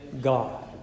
God